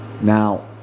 Now